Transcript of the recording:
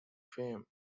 fame